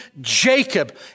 Jacob